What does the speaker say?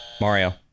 Mario